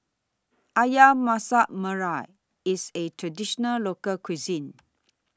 Ayam Masak Merah IS A Traditional Local Cuisine